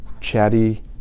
chatty